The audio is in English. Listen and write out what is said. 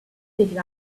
picked